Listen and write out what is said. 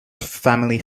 family